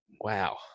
wow